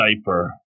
diaper